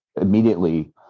immediately